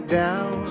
down